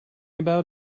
about